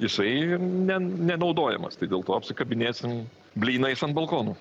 jisai nenaudojamas tai dėl to apsikabinėsim blynais ant balkonų